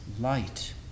light